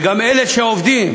וגם אלה שעובדים